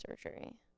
surgery